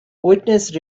witnesses